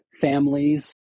families